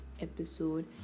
episode